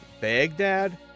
Baghdad